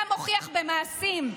אתה מוכיח במעשים: